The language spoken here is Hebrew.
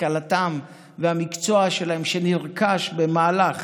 השכלתם והמקצוע שלהם שנרכש במהלך